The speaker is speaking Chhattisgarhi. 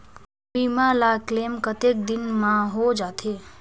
बीमा ला क्लेम कतेक दिन मां हों जाथे?